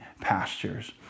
pastures